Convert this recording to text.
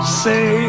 say